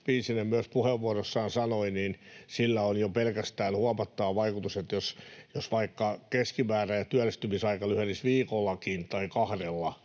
Piisinen puheenvuorossaan myös sanoi, niin jo pelkästään sillä, jos vaikka keskimääräinen työllistymisaika lyhenisi viikollakin tai kahdella,